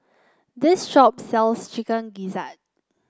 this shop sells Chicken Gizzard